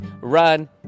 run